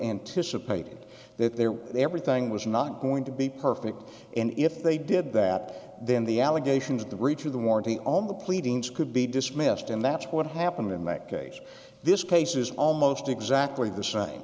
anticipated that their everything was not going to be perfect and if they did that then the allegations of the reach of the warranty on the pleadings could be dismissed and that's what happened in that case this case is almost exactly the same